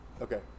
Okay